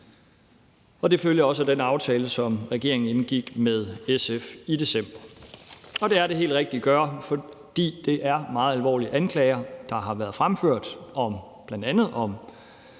Og det følger også af den aftale, som regeringen indgik med SF i december, og det er det helt rigtige at gøre, fordi det er meget alvorlige anklager, der har været fremført, bl.a. om